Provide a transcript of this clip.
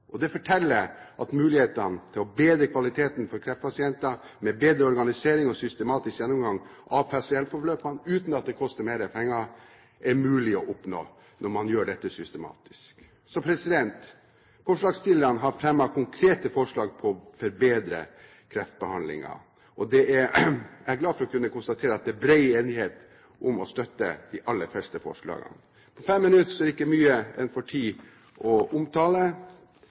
effektivt. Det forteller at det er mulig å oppnå bedre kvalitet for kreftpasienter ved bedre organisering og systematisk gjennomgang av pasientforløpene uten at det koster mer penger, når man gjør dette systematisk. Forslagsstillerne har fremmet konkrete forslag for å forbedre kreftbehandlingen, og jeg er glad for å kunne konstatere at det er brei enighet om å støtte de aller fleste forslagene. På fem minutter er det ikke mye en får tid til å omtale,